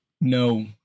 No